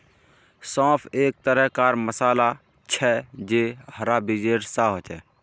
सौंफ एक तरह कार मसाला छे जे हरा बीजेर सा होचे